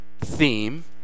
theme